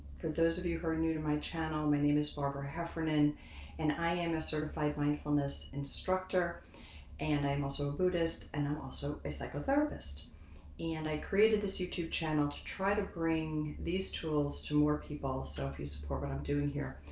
for those of you who are new to my channel, my name is barbara heffernan and i am a certified mindfulness instructor and i'm also a buddhist and i'm also a psychotherapist and i created this youtube channel to try to bring these tools to more people. so if you support what i'm doing here,